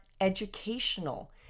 educational